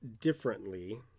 differently